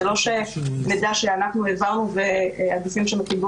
זה לא מידע שאנחנו העברנו והגופים שקיבלו